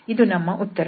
ಇದು ನಮ್ಮ ಉತ್ತರ